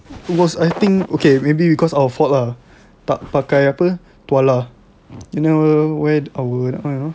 it was I think okay maybe because our fault lah pa~ pakai apa tuala you know where our that [one] you know